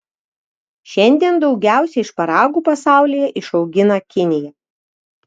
šiandien daugiausiai šparagų pasaulyje išaugina kinija